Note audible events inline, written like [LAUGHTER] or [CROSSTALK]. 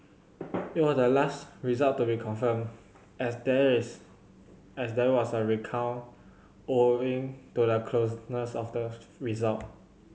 [NOISE] it was the last result to be confirmed as there is as there was a recount owing to the closeness of the result